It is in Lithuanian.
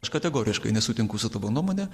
aš kategoriškai nesutinku su tavo nuomone